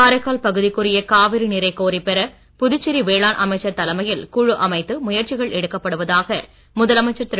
காரைக்கால் பகுதிக்குரிய காவிரி நீரை கோரிப் பெற புதுச்சேரி வேளாண் அமைச்சர் தலைமையில் குழு அமைத்து முயற்சிகள் எடுக்கப்படுவதாக முதலமைச்சர் திரு